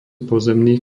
pozemných